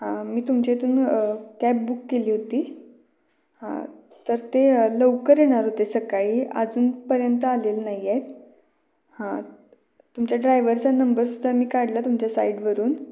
हां मी तुमच्या इथून कॅब बुक केली होती हां तर ते लवकर येणार होते सकाळी अजूनपर्यंत आलेले नाही आहेत हां तुमच्या ड्राइवरचा नंबरसुद्धा मी काढला तुमच्या साईडवरून